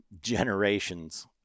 generations